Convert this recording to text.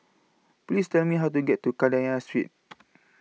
Please Tell Me How to get to Kadaya Street